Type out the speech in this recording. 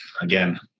Again